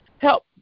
Help